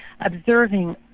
observing